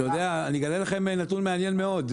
אני אגלה לכם נתון מעניין מאוד.